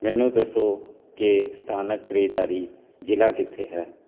ਮੈਨੂੰ ਦੱਸੋ ਕਿ ਸਥਾਨਕ ਖਰੀਦਦਾਰੀ ਜ਼ਿਲ੍ਹਾ ਕਿੱਥੇ ਹੈ